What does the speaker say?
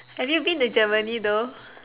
have you been to Germany though